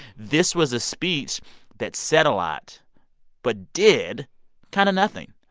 this was a speech that said a lot but did kind of nothing.